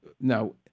Now